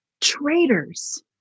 traitors